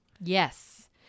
Yes